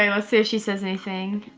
and let's see if she says anything.